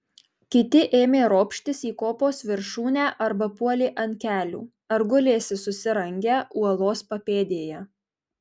kiti ėmė ropštis į kopos viršūnę arba puolė ant kelių ar gulėsi susirangę uolos papėdėje